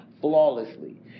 flawlessly